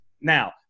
Now